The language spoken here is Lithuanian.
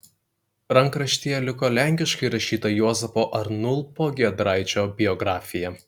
rankraštyje liko lenkiškai rašyta juozapo arnulpo giedraičio biografija